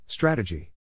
Strategy